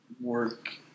work